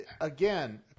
again